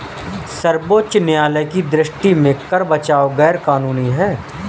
सर्वोच्च न्यायालय की दृष्टि में कर बचाव गैर कानूनी है